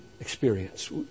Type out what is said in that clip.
experience